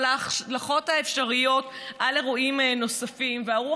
אבל ההשלכות האפשריות על אירועים נוספים והרוח